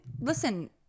listen